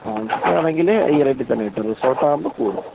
home stay ആണെങ്കിൽ ഈ റേറ്റിൽ തന്നെ കിട്ടും റിസോർട്ടാകുമ്പം കൂടും